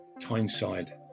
Tyneside